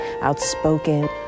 outspoken